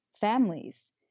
families